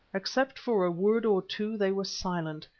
except for a word or two they were silent,